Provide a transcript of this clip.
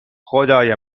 خدای